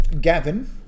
Gavin